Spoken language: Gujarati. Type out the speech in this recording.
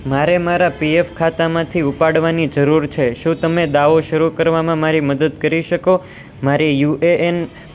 મારે મારા પીએફ ખાતામાંથી ઉપાડવાની જરૂર છે શું તમે દાવો શરૂ કરવામાં મારી મદદ કરી શકો મારે યુએએન